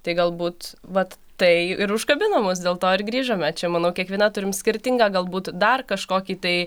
tai galbūt vat tai ir užkabino mus dėl to ir grįžome čia manau kiekviena turim skirtingą galbūt dar kažkokį tai